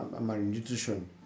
malnutrition